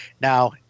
Now